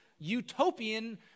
utopian